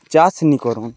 ଚାଷ୍ ନି କରନ୍